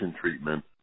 Treatment